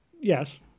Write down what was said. Yes